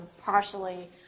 partially